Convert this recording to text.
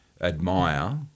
admire